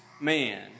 man